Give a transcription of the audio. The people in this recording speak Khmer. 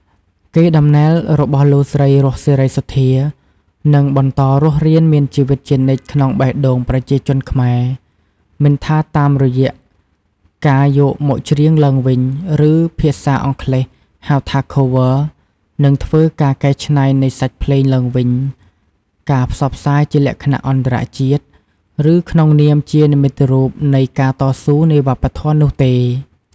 កេរ្តិ៍ដំណែលរបស់លោកស្រី រស់ សេរីសុទ្ធា នឹងបន្តរស់រានមានជីវិតជានិច្ចក្នុងបេះដូងប្រជាជនខ្មែរ មិនថាតាមរយៈការយកមកច្រៀងឡើងវិញ ឬភាសាអង់គ្លេស ហៅថា Cover និងធ្វើ ការកែច្នៃនៃសាច់ភ្លេងឡើងវិញ ការ ផ្សព្វផ្សាយជាលក្ខណៈអន្តរជាតិ ឬក្នុងនាមជា និមិត្តរូបនៃការតស៊ូនៃវប្បធម៌ នោះទេ។